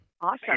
Awesome